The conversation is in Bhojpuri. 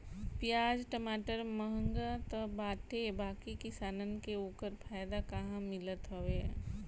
पियाज टमाटर महंग तअ बाटे बाकी किसानन के ओकर फायदा कहां मिलत हवे